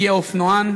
הגיע אופנוען.